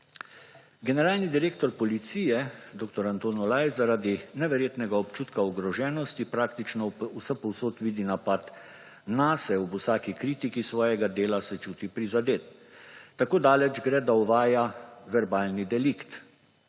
Generalni direktor policije dr. Anton Olaj zaradi neverjetnega občutka ogroženosti praktično vsepovsod vidi napad nase, ob vsaki kritiki svojega dela se čuti prizadet. Tako daleč gre, da uvaja verbalni delikt.